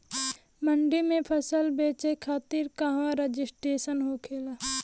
मंडी में फसल बेचे खातिर कहवा रजिस्ट्रेशन होखेला?